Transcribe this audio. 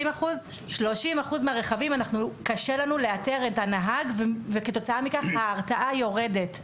30% מהרכבים קשה לנו לאתר את הנהג וכתוצאה מכך ההרתעה יורדת.